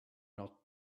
not